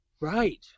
Right